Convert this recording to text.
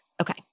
Okay